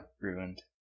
ruined